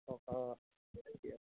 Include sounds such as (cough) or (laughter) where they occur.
(unintelligible)